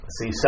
See